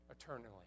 eternally